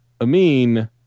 Amin